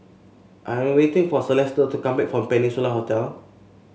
I am waiting for Celesta to come back from Peninsula Hotel